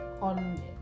on